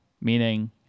Meaning